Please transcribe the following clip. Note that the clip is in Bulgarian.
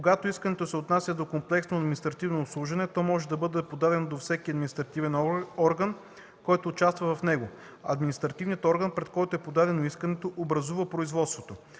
Когато искането се отнася за комплексно административно обслужване, то може да бъде подадено до всеки административен орган, който участва в него. Административният орган, пред който е подадено искането, образува производството.